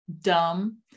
dumb